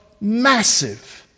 massive